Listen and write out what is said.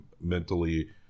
mentally